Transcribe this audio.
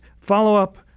follow-up